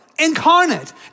Incarnate